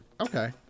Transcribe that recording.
Okay